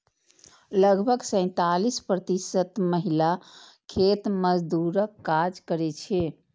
लगभग सैंतालिस प्रतिशत महिला खेत मजदूरक काज करै छै